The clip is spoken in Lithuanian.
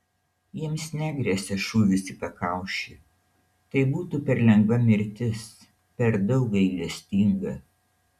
jiems negresia šūvis į pakaušį tai būtų per lengva mirtis per daug gailestinga